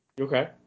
Okay